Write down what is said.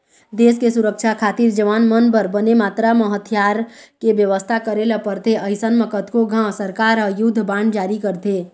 देस के सुरक्छा खातिर जवान मन बर बने मातरा म हथियार के बेवस्था करे ल परथे अइसन म कतको घांव सरकार ह युद्ध बांड जारी करथे